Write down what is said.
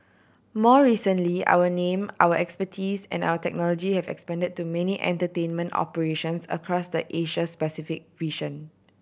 more recently our name our expertise and our technology have expanded to many entertainment operations across the Asia specific region